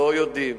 לא יודעים.